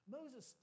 Moses